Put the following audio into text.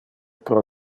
pro